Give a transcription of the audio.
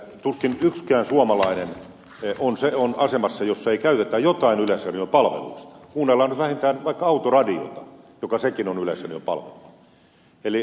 tuskin yksikään suomalainen on asemassa jossa ei käytetä jotain yleisradion palveluista kuunnellaan nyt vähintään vaikka autoradiota joka sekin on yleisradion palvelu